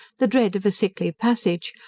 the dread of a sickly passage,